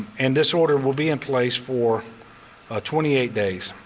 and this order will be in place for twenty eight days,